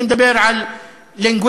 אני מדבר על linguistics,